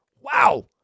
wow